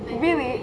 really